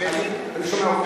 שומע אותך.